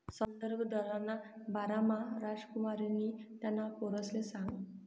संदर्भ दरना बारामा रामकुमारनी त्याना पोरसले सांगं